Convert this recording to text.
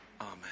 Amen